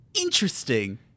Interesting